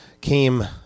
came